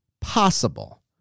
possible